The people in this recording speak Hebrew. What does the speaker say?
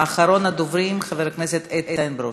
חבר הכנסת איל בן ראובן,